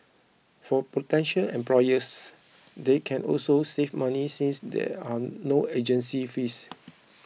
for potential employers they can also save money since there are no agency fees